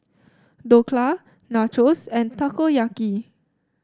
Dhokla Nachos and Takoyaki